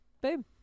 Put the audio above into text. Boom